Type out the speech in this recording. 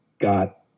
got